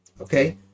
okay